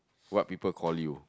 what people call you